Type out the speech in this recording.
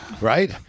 Right